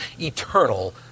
eternal